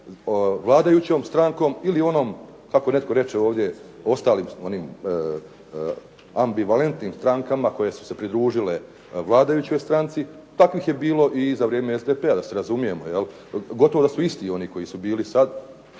vladajućom strankom ili onom kako netko reče ovdje ostalim onim ambivalentnim strankama koje su se pridružile vladajućoj stranci. Takvih je bilo i za vrijeme SDP-a da se razumijemo. Gotovo da su isti oni koji su bili sada